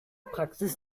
praxis